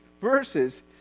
verses